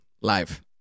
live